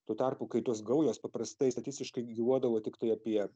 tuo tarpu kai tos gaujos paprastai statistiškai gyvuodavo tiktai apie